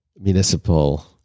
municipal